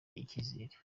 icyizere